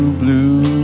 blue